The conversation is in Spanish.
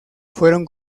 fueron